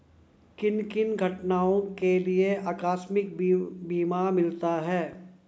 किन किन घटनाओं के लिए आकस्मिक बीमा मिलता है?